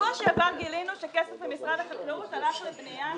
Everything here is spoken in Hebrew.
גילינו שכסף ממשרד החקלאות הלך לבניית